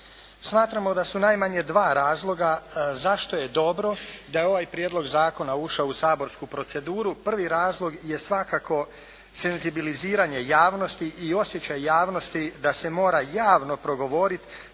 Smatramo da su najmanje dva razloga zašto je dobro da je ovaj prijedlog zakona ušao u saborsku proceduru. Prvi razlog je svakako senzibiliziranje javnosti i osjećaj javnosti da se mora javno progovoriti